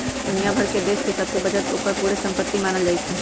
दुनिया भर के देश सभके बचत के ओकर पूरे संपति मानल जाइ छइ